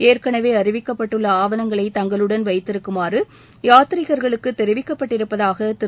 ஏற்கனவே அறிவிக்கப்பட்டுள்ள ஆவணங்களை தங்களுடன் வைத்திருக்குமாறு யாத்ரிகர்களுக்கு தெரிவிக்கப்பட்டிருப்பதாக திரு